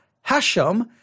Hashem